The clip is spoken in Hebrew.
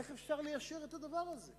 איך אפשר ליישר את הדבר הזה?